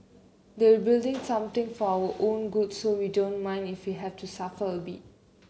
they will building something for our own good so we don't mind if we have to suffer a bit